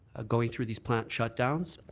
going through these plant shutdowns.